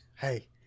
Hey